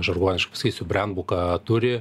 žargoniškai pasakysiu brendbuką turi